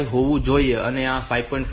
5 હોવું જોઈએ અને તે 5